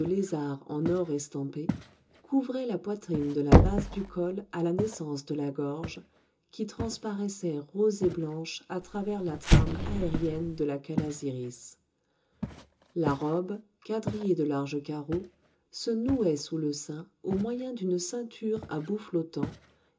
lézards en or estampé couvrait la poitrine de la base du col à la naissance de la gorge qui transparaissait rose et blanche à travers la trame aérienne de la calasiris la robe quadrillée de larges carreaux se nouait sous le sein au moyen d'une ceinture à bouts